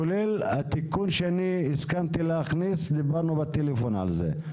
כולל התיקון שאני הסכמתי להכניס ודיברנו בטלפון על כך.